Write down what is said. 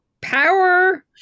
power